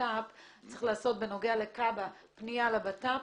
לבט"פ צריך לעשות בנוגע לכב"ה פנייה לבט"פ,